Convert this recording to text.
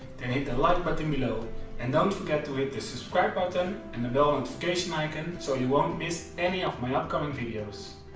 and hit the like button below and don't forget to hit the subscribe button and the bell notification icon, so you won't miss any of my upcoming videos.